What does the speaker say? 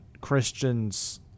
Christians